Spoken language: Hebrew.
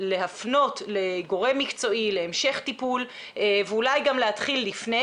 להפנות לגורם מקצועי להמשך טיפול ואולי גם להתחיל לפני.